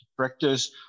Practice